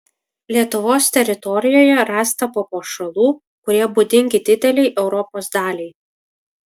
lietuvos teritorijoje rasta papuošalų kurie būdingi didelei europos daliai